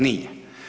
Nije.